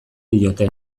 diote